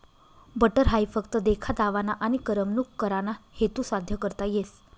butter हाई फक्त देखा दावाना आनी करमणूक कराना हेतू साद्य करता येस